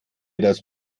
das